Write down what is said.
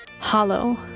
hollow